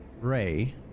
Ray